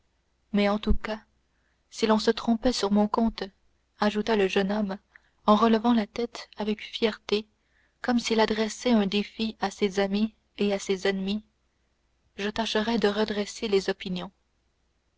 mais en tout cas si l'on se trompait sur mon compte ajouta le jeune homme en relevant la tête avec fierté et comme s'il adressait un défi à ses amis et à ses ennemis je tâcherais de redresser les opinions